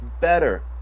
better